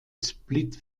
split